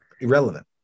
irrelevant